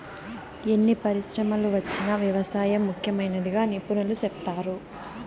ఎన్ని పరిశ్రమలు వచ్చినా వ్యవసాయం ముఖ్యమైనదిగా నిపుణులు సెప్తారు